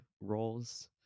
roles